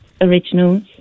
originals